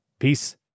Peace